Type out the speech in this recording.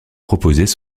proposés